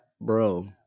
bro